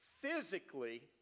physically